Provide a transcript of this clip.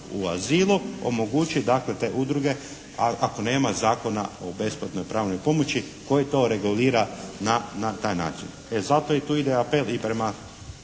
o azilu omogući dakle te udruge, ako nema Zakona o besplatnoj pravnoj pomoći koji to regulira na taj način. E zato i tu ide apel i prema